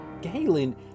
Galen